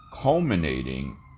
culminating